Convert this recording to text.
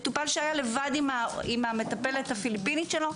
מטופל שהיה לבד עם המטפלת הפיליפינית שלו,